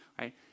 right